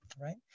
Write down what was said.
Right